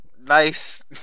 nice